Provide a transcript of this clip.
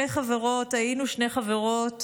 היינו שתי חברות